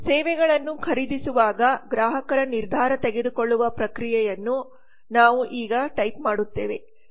ಸೇವೆಗಳನ್ನು ಖರೀದಿಸುವಾಗ ಗ್ರಾಹಕರ ನಿರ್ಧಾರ ತೆಗೆದುಕೊಳ್ಳುವ ಪ್ರಕ್ರಿಯೆಯನ್ನು ನಾವು ಈಗ ಟೈಪ್ ಮಾಡುತ್ತೇವೆ